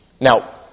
Now